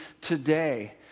today